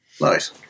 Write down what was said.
Nice